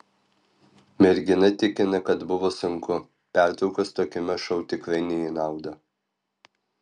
mergina tikina kad buvo sunku pertraukos tokiame šou tikrai ne į naudą